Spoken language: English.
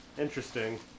Interesting